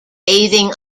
bathing